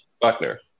Buckner